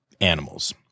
animals